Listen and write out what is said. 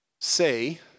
say